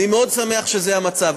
אני מאוד שמח שזה המצב.